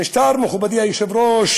המשטר בסוריה, מכובדי היושב-ראש,